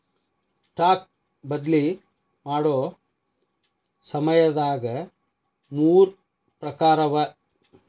stock ಬದ್ಲಿ ಮಾಡೊ ಸಮಯದಾಗ ಮೂರ್ ಪ್ರಕಾರವ